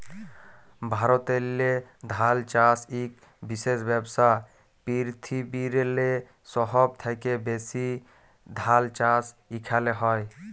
ভারতেল্লে ধাল চাষ ইক বিশেষ ব্যবসা, পিরথিবিরলে সহব থ্যাকে ব্যাশি ধাল চাষ ইখালে হয়